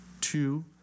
Two